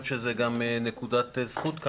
000 בתי אב שאוכלים מהענפים האלה מול